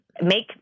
make